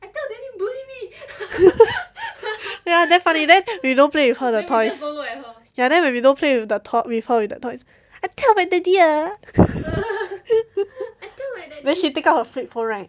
ya damn funny then we don't play with her the toys ya then when we don't play with the toys with her the toys I tell my daddy ah then she take out her flip phone right